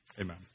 Amen